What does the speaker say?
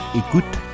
écoute